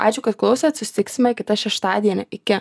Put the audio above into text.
ačiū kad klausėt susitiksime kitą šeštadienį iki